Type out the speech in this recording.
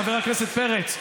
חבר הכנסת פרץ,